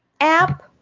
app